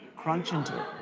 crunch into